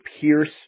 pierce